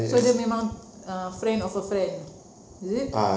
so dia memang uh friend of a friend is it